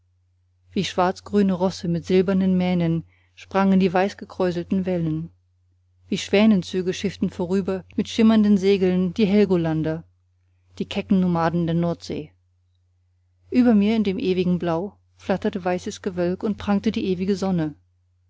wie schwarzgrüne rosse mit silbernen mähnen sprangen die weißgekräuselten wellen wie schwänenzüge schifften vorüber mit schimmernden segeln die helgolander die kecken nomaden der nordsee über mir in dem ewigen blau flatterte weißes gewölk und prangte die ewige sonne